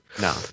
No